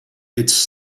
its